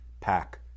Pack